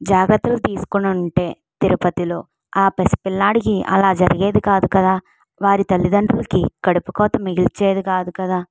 జాగ్రత్తలు తీసుకొని ఉంటే తిరుపతిలో ఆ పసిపిల్లాడికి అలా జరిగేది కాదు కదా వారి తల్లిదండ్రులకి కడుపుకోత మిగిల్చేది కాదు కదా